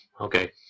Okay